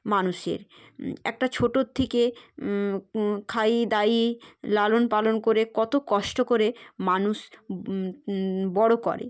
মানুষের একটা ছোটোর থেকে খাইয়ে দাইয়ে লালন পালন করে কত কষ্ট করে মানুষ বড় করে